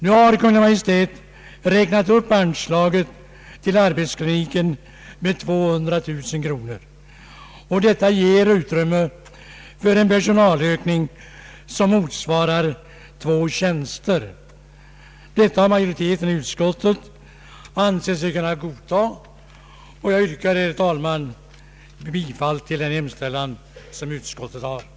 Nu har Kungl. Maj:t räknat upp anslaget till arbetskliniken med 200 000 kronor, vilket ger utrymme för en personalökning som motsvarar två tjänster. Detta har majoriteten i utskottet ansett sig kunna godtaga, och jag yrkar, herr talman, bifall till utskottets hemställan.